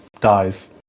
dies